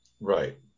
right